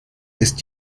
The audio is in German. ist